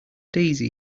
daisy